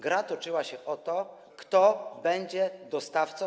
Gra toczyła się o to, kto będzie dostawcą.